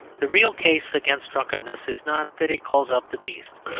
the real case against drunkenness is not that it calls up the beast,